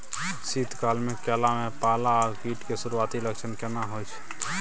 शीत काल में केला में पाला आ कीट के सुरूआती लक्षण केना हौय छै?